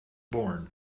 born